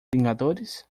vingadores